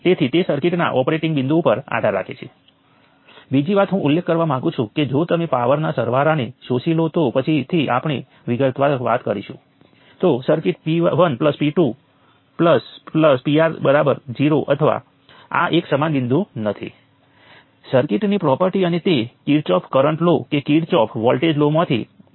સમાન સપાટીની અંદર તે કેન્સલ થઈ જશે કારણ કે જ્યારે તમે તેને નોડ વન માટે લખો છો ત્યારે તે એક ચિહ્ન સાથે દેખાશે જ્યારે તમે તેને નોડ 2 માટે લખો છો ત્યારે તે બીજા ચિહ્ન સાથે દેખાશે